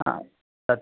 आ तत्